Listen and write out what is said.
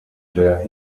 der